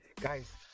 guys